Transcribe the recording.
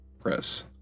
press